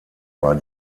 war